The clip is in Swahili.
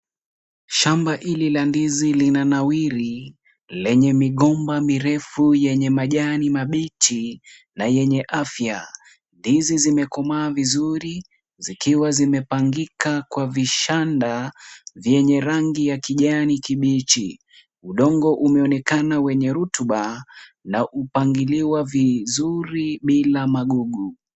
Shamba hili la ndizi linanawiri, lenye migomba mirefu yenye majani mabichi na yenye afya. Ndizi zimekomaa vizuri zikiwa zimepangika kwa vishanda vyenye rangi ya kijani kibichi. Udongo umeonekana wenye rutuba na kupangiliwa vizuri bila magugu.